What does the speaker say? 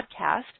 podcast